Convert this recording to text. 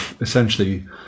essentially